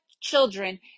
children